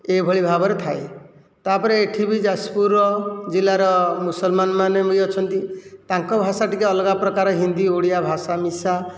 ଏଭଳି ଭାବରେ ଥାଏ ତା'ପରେ ଏଠିବି ଯାଜପୁରର ଜିଲ୍ଲାର ମୁସଲମାନମାନେ ବି ଅଛନ୍ତି ତାଙ୍କ ଭାଷା ଟିକିଏ ଅଲଗା ପ୍ରକାର ହିନ୍ଦୀ ଓଡ଼ିଆ ଭାଷା ମିଶା